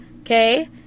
Okay